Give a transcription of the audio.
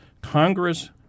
Congress